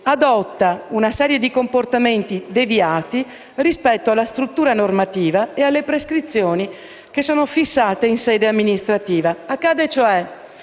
una serie di comportamenti deviati rispetto alla struttura normativa e alle prescrizioni fissate in sede amministrativa. Accade, cioè,